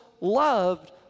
loved